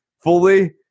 fully